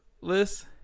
list